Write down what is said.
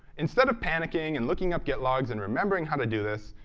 instead of panicking and looking up git logs and remembering how to do this,